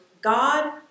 God